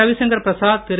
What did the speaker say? Ravishankar Prasad Thiru